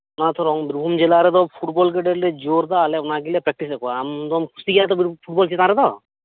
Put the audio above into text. ᱚᱱᱟ ᱛᱷᱚᱨᱚᱝ ᱵᱤᱨᱵᱷᱩᱢ ᱡᱮᱞᱟᱨᱮᱫᱚ ᱯᱷᱩᱴᱵᱚᱞᱜᱮ ᱟᱹᱰᱤ ᱟᱸᱴᱞᱮ ᱡᱳᱨᱮᱫᱟ ᱟᱨ ᱚᱱᱟᱜᱮᱞᱮ ᱯᱮᱠᱴᱤᱥᱮᱫ ᱠᱚᱣᱟ ᱟᱢᱫᱚᱢ ᱠᱩᱥᱤᱭᱟᱜ ᱛᱚ ᱯᱷᱩᱴᱵᱚᱞ ᱪᱮᱛᱟᱱ ᱨᱮᱫᱚ